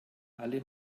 alle